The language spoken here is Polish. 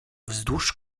wzdłuż